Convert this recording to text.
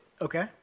okay